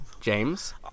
James